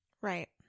Right